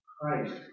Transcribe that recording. Christ